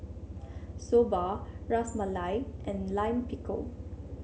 Soba Ras Malai and Lime Pickle